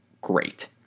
great